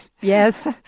Yes